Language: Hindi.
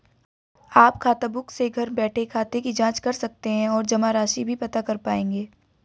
आप खाताबुक से घर बैठे खाते की जांच कर सकते हैं और जमा राशि भी पता कर पाएंगे